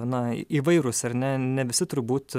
na įvairūs ar ne ne visi turbūt